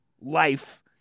life